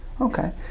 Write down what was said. Okay